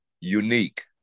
unique